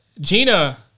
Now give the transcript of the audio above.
Gina